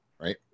right